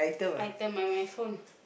item my my phone